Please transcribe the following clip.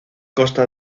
costa